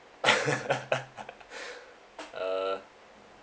uh